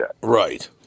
Right